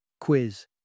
Quiz